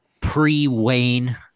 pre-Wayne